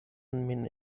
min